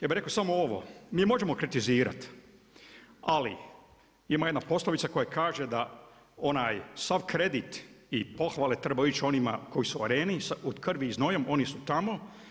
Ja bi rekao samo ovo, mi možemo kritizirat, ali ima jedna poslovica koja kaže da „sav kredit i pohvale trebaju ići onima koji su u areni“ od krvi i znojem, oni su tamo.